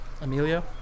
Amelia